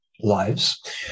lives